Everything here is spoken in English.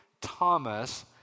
Thomas